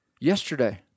yesterday